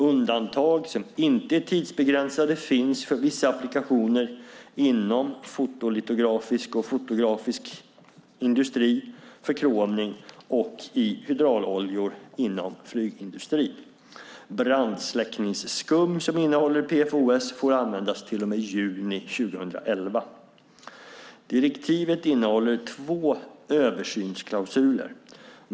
Undantag som inte är tidsbegränsade finns för vissa applikationer inom fotolitografisk och fotografisk industri, förkromning samt i hydrauloljor inom flygindustrin. Brandsläckningsskum som innehåller PFOS får användas till och med juni 2011. Direktivet innehåller två översynsklausuler.